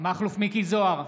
מכלוף מיקי זוהר,